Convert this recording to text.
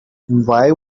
why